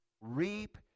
reap